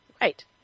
Right